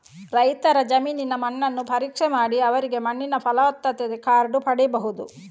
ರೈತರ ಜಮೀನಿನ ಮಣ್ಣನ್ನು ಪರೀಕ್ಷೆ ಮಾಡಿ ಅವರಿಗೆ ಮಣ್ಣಿನ ಫಲವತ್ತತೆ ಕಾರ್ಡು ಪಡೀಬಹುದು